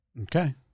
Okay